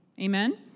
Amen